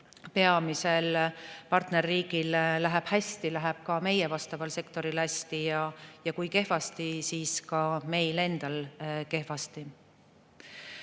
peamisel partnerriigil läheb hästi, siis läheb ka meie vastaval sektoril hästi, kui kehvasti, siis ka meil läheb kehvasti.